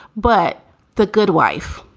but the good wife.